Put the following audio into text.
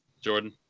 Jordan